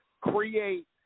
create